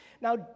Now